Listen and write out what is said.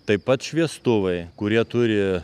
taip pat šviestuvai kurie turi